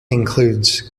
includes